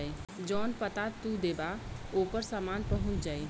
जौन पता तू देबा ओपर सामान पहुंच जाई